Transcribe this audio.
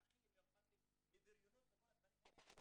לא אכפת לי מערכים,